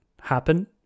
happen